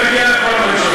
תכף נגיע לכל הממשלות.